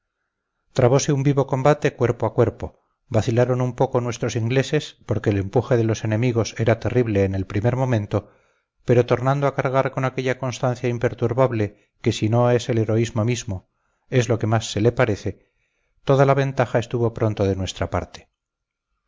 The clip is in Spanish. trabose un vivo combate cuerpo a cuerpo vacilaron un poco nuestros ingleses porque el empuje de los enemigos era terrible en el primer momento pero tornando a cargar con aquella constancia imperturbable que si no es el heroísmo mismo es lo que más se le parece toda la ventaja estuvo pronto de nuestra parte